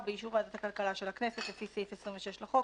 ובאישור ועדת הכלכלה של הכנסת לפי סעיף 26 לחוק,